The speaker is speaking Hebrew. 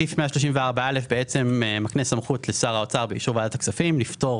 סעיף 134א מקנה סמכות לשר האוצר באישור ועדת הכספים לפטור